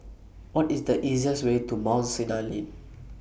What IS The easiest Way to Mount Sinai Lane